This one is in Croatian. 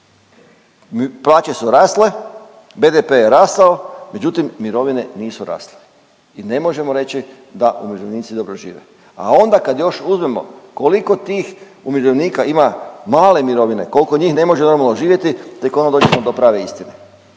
plaće su rasle, BDP je rastao, međutim mirovine nisu rasle i ne možemo reći da umirovljenici dobro žive. A onda kad još uzmemo koliko tih umirovljenika ima male mirovine kolko njih ne može normalno živjeti tek onda dođemo do prave istine,